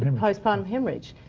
and postpartum haemorrhage.